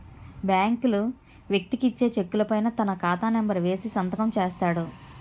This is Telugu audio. బ్యాంకులు వ్యక్తికి ఇచ్చే చెక్కుల పైన తన ఖాతా నెంబర్ వేసి సంతకం చేస్తాడు